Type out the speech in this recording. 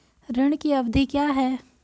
ऋण की अवधि क्या है?